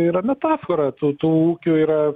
tai yra metafora tų tų ūkių yra